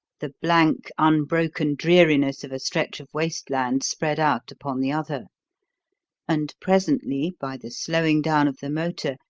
the blank unbroken dreariness of a stretch of waste land spread out upon the other and presently, by the slowing down of the motor,